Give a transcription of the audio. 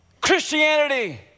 Christianity